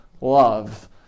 love